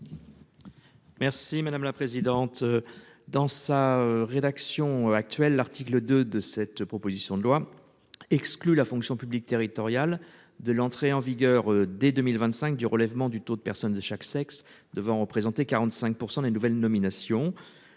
Merci madame la présidente. Dans sa rédaction actuelle. L'article 2 de cette proposition de loi exclut la fonction publique territoriale de l'entrée en vigueur dès 2025 du relèvement du taux de personnes de chaque sexe devant représenter 45% des nouvelles nominations.